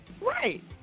Right